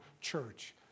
church